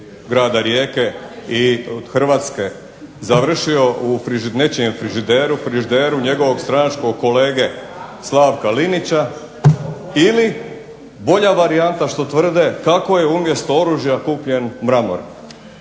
grada Rijeke i Hrvatske završio u nečijem frižideru njegovog stranačkog kolega Slavka LInića ili bolja varijanta što tvrde kako je umjesto oružja kupljen mramor